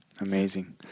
amazing